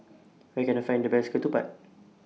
Where Can I Find The Best Ketupat